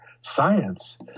science